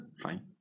fine